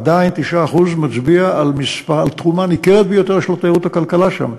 עדיין 9% מצביעים על תרומה ניכרת ביותר של התיירות לכלכלה שם.